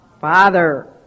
father